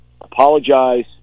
apologize